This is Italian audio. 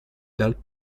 dal